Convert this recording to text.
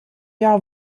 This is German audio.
jahr